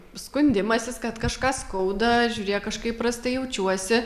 skundimasis kad kažką skauda žiūrėk kažkaip prastai jaučiuosi